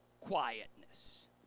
quietness